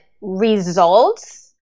results